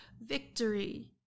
victory